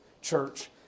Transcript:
church